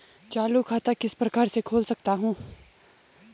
चालू खाता किस प्रकार से खोल सकता हूँ?